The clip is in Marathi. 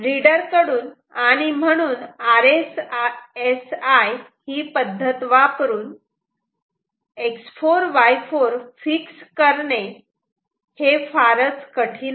कडून आणि म्हणून RSSI ही पद्धत वापरून X4Y4 फिक्स करणे हे फारच कठीण आहे